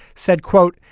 said, quote,